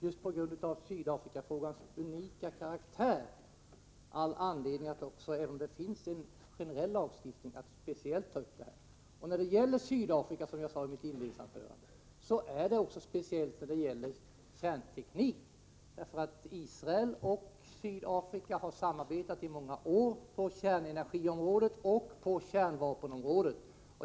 Just på grund av Sydafrikafrågans unika karaktär finns det alltså all anledning — även om vi har en generell lagstiftning — att speciellt ta upp detta med teknikexporten. Frågan om kärnteknik är särskilt viktig när det gäller Sydafrika. Israel och Sydafrika har i många år samarbetat på kärnenergioch kärnvapenområdet.